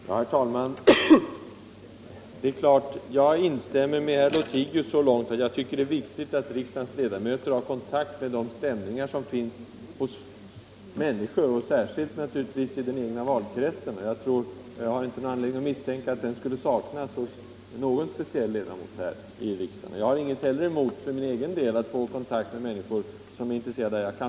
Herr talman! Jag instämmer med herr Lothigius så långt att jag tycker att det är viktigt att riksdagens ledamöter har kontakt med de stämningar som finns bland människorna och särskilt naturligtvis i den egna valkretsen. Jag har inte någon anledning misstänka att den kontakten skulle saknas hos någon särskild ledamot av riksdagen. Jag har heller ingenting emot för min egen del att få kontakt med människor som är intresserade av det här ämnet.